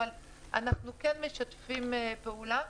אבל אנחנו כן משתפים פעולה.